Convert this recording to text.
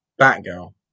Batgirl